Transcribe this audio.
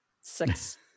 six